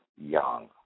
Young